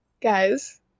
Guys